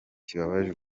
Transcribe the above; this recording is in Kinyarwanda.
kibabaje